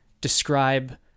describe